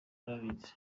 arabizi